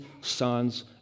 sons